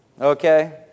Okay